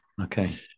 Okay